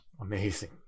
Amazing